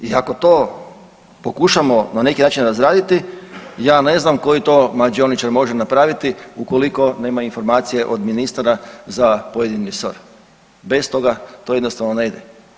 I ako to pokušamo na neki način razraditi ja ne znam koji to mađioničar može napraviti ukoliko nema informacije od ministara za pojedini resor, bez toga to jednostavno ne ide.